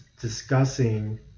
discussing